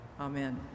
Amen